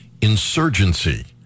insurgency